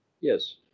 Yes